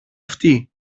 αυτοί